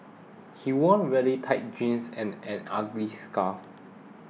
he wore really tight jeans and an ugly scarf